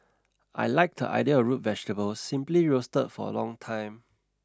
I like the idea of root vegetables simply roasted for a long time